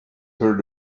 heard